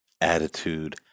attitude